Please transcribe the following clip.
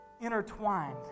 intertwined